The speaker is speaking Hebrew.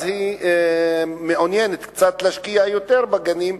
והיא מעוניינת להשקיע קצת יותר בגנים.